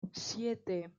siete